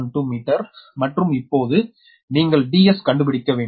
012 metre மற்றும் இப்போது நீங்கள் Ds கண்டுபிடிக்க வேண்டும்